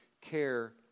care